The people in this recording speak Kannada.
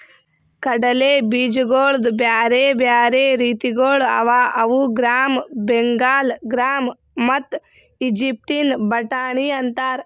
ಕಡಲೆ ಬೀಜಗೊಳ್ದು ಬ್ಯಾರೆ ಬ್ಯಾರೆ ರೀತಿಗೊಳ್ ಅವಾ ಅವು ಗ್ರಾಮ್, ಬೆಂಗಾಲ್ ಗ್ರಾಮ್ ಮತ್ತ ಈಜಿಪ್ಟಿನ ಬಟಾಣಿ ಅಂತಾರ್